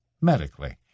medically